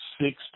six